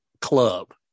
club